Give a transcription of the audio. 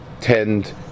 tend